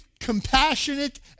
compassionate